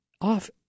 off